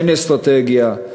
אין אסטרטגיה.